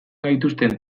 gaituzten